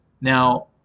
Now